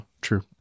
true